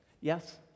Yes